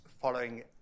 following